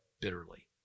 bitterly